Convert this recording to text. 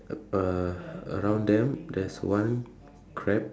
a~ uh around them there's one crab